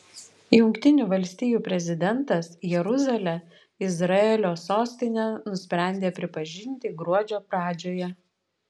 jungtinių valstijų prezidentas jeruzalę izraelio sostine nusprendė pripažinti gruodžio pradžioje